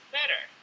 better